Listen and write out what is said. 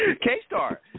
K-Star